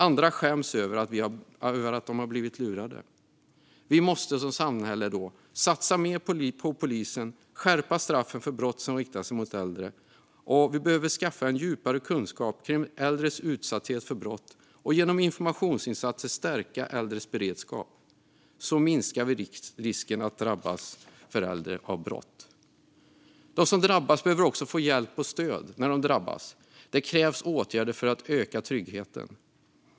Andra skäms över att de har blivit lurade. Vi måste som samhälle satsa mer på polisen och skärpa straffen för brott som riktar sig mot äldre. Vi behöver skaffa djupare kunskap kring äldres utsatthet för brott och genom informationsinsatser stärka äldres beredskap. Så minskar vi risken för äldre att drabbas av brott. Äldre som drabbas behöver också få hjälp och stöd när de drabbats av brott. Det krävs åtgärder för att öka tryggheten.